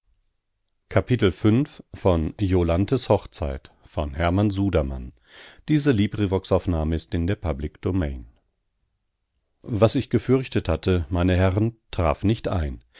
was ich gefürchtet hatte meine herren traf nicht ein